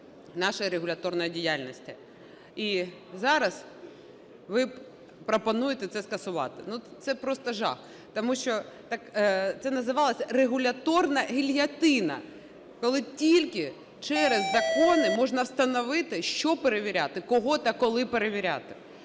нашої регуляторної діяльності. І зараз ви пропонуєте це скасувати. Це просто жах! Тому що це називалося "регуляторна гільйотина", коли тільки через закони можна встановити, що перевіряти, кого та коли перевіряти.